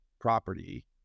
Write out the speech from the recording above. property